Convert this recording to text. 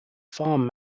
farm